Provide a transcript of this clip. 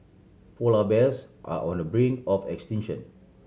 polar bears are on the brink of extinction